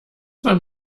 man